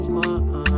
one